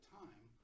time